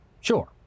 Sure